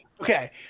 Okay